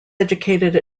educated